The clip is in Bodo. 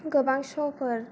गोबां सफोर